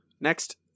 Next